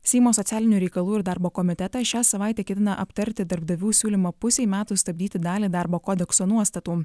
seimo socialinių reikalų ir darbo komitetas šią savaitę ketina aptarti darbdavių siūlymą pusei metų stabdyti dalį darbo kodekso nuostatų